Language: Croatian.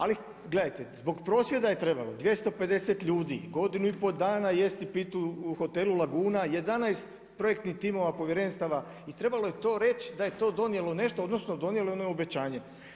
Ali, gledajte, zbog prosvjeda je trebalo 250 ljudi, godinu i pol dana jesti i piti u hotelu Laguna, 11 projektnih timova, povjerenstava i trebalo je to reć da je to donijelo nešto, odnosno, donijelo ono obećanje.